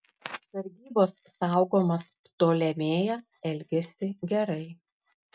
sargybos saugomas ptolemėjas elgėsi gerai